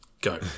Go